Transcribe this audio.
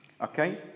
Okay